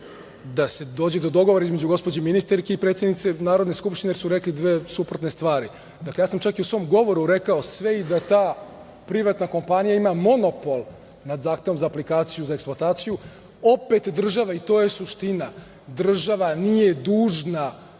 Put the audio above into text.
da se dođe do dogovora između gospođe ministarke i predsednice Narodne skupštine, jer su rekle dve suprotne stvari. Dakle, ja sam čak i u svom govoru rekao – sve i da ta privatna kompanija ima monopol nad zahtevom za aplikaciju za eksploataciju, opet država, i to je suština, država nije dužna